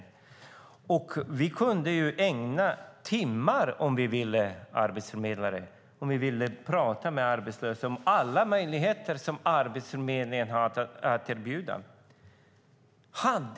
Vi arbetsförmedlare kunde ägna timmar om vi ville åt att prata med dem om alla möjligheter som Arbetsförmedlingen hade att erbjuda. Herr talman!